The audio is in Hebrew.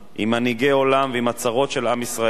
עם מנהיגי עולם ועם הצרות של עם ישראל,